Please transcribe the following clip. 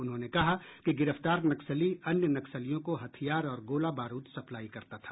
उन्होंने कहा कि गिरफ्तार नक्सली अन्य नक्सलियों को हथियार और गोला बारूद सप्लाई करता था